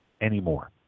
anymore